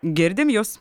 girdim jus